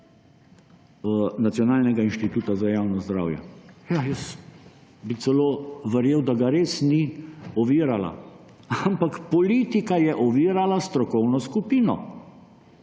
Nacionalnega inštituta za javno zdravje. Ja, jaz bi celo verjel, da ga res ni ovirala, ampak politika je ovirala strokovno skupino,